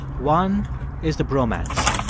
one is the bromance.